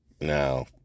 Now